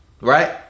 right